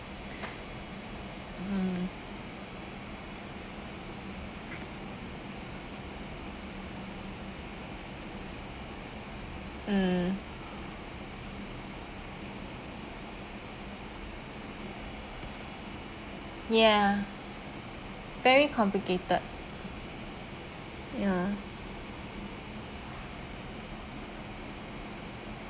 mm mm ya very complicated ya